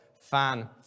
fan